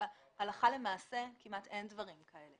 הלכה למעשה כמעט אין דברים כאלה.